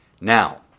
Now